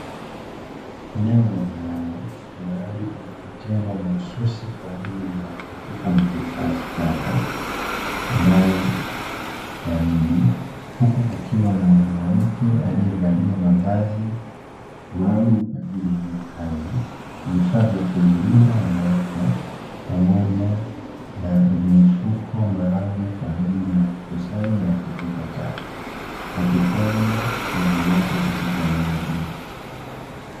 Eneo la jalala, mahali palipotengwa mahususi kwa ajili ya kutupa na kuhifadhi taka ndani ya mji, huku kukiwa na mwanamke aliyevalia mavazi maalumu kwa ajili ya hiyo kazi, vifaa vya kujilinda na afya pamoja na mifuko maalumu kwa ajili ya kukusanya na kutupa taka, akifanya kazi yake katika eneo hilo.